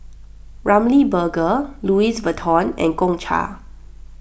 Ramly Burger Louis Vuitton and Gongcha